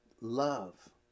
love